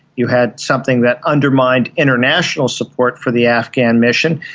you had something that undermined international support for the afghan mission,